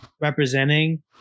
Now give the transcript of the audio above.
representing